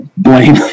blame